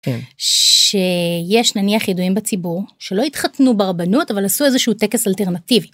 יש נניח ידועים בציבור שלא התחתנו ברבנות אבל עשו איזשהו טקס אלטרנטיבי.